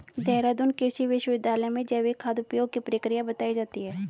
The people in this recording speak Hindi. देहरादून कृषि विश्वविद्यालय में जैविक खाद उपयोग की प्रक्रिया बताई जाती है